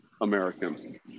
American